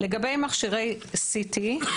לגבי מכשירי CT,